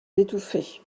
d’étouffer